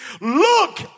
Look